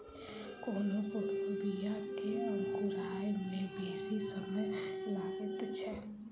कोनो कोनो बीया के अंकुराय मे बेसी समय लगैत छै